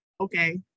okay